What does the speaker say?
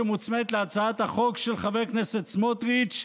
שמוצמדת להצעת החוק של חבר הכנסת סמוטריץ',